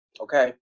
okay